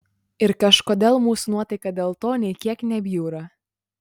ir kažkodėl mūsų nuotaika dėl to nė kiek nebjūra